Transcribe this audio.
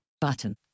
button